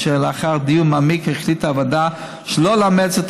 ולאחר דיון מעמיק החליטה הוועדה שלא לאמץ את